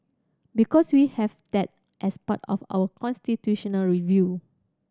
because we have that as part of our constitutional review